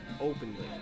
openly